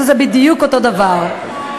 כשזה בדיוק אותו דבר?